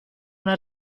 una